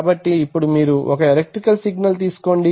కాబట్టి ఇప్పుడు మీరు ఒక ఎలక్ట్రికల్ సిగ్నల్ తీసుకోండి